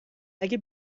اگه